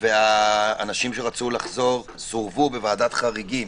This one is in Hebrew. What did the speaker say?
האנשים שרצו לחזור סורבו בוועדת חריגים.